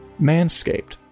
Manscaped